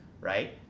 right